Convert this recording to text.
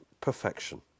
perfection